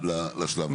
זה אחרון לשלב הזה.